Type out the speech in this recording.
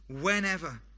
whenever